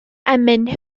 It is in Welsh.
emyn